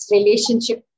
Relationship